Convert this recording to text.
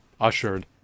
ushered